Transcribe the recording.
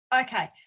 Okay